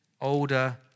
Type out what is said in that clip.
older